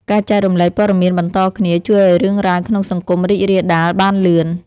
ការចែករំលែកព័ត៌មានបន្តគ្នា ជួយឱ្យរឿងរ៉ាវក្នុងសង្គមរីករាលដាលបានលឿន។